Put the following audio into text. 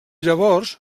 llavors